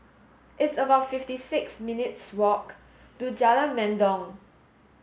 it's about fifty six minutes' walk to Jalan Mendong